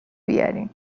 بیارین